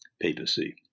papacy